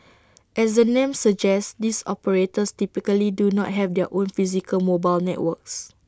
as the name suggests these operators typically do not have their own physical mobile networks